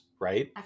Right